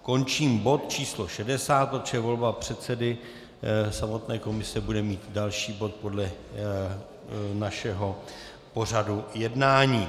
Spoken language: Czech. Končím bod číslo 60, protože volba předsedy samotné komise bude mít další bod podle našeho pořadu jednání.